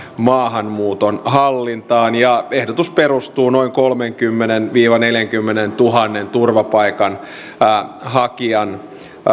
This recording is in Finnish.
maahanmuuton hallintaan ja ehdotus perustuu noin kolmenkymmenentuhannen viiva neljänkymmenentuhannen turvapaikanhakijan